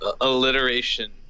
alliteration